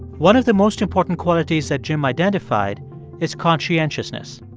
one of the most important qualities that jim identified is conscientiousness,